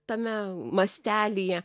tame mastelyje